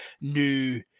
new